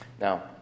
Now